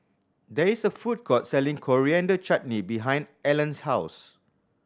there is a food court selling Coriander Chutney behind Allan's house